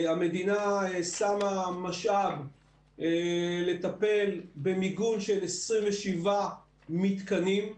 המדינה שמה משאב לטפל במיגון של 27 מתקנים,